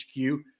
HQ